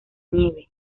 nieve